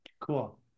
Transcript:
Cool